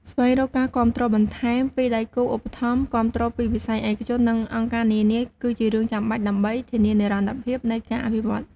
ស្វែងរកការគាំទ្របន្ថែមពីដៃគូឧបត្ថម្ភគាំទ្រពីវិស័យឯកជន និងអង្គការនានាគឺជារឿងចាំបាច់ដើម្បីធានានិរន្តរភាពនៃការអភិវឌ្ឍ។